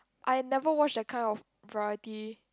I never watch that kind of variety